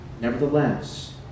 nevertheless